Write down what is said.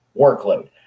workload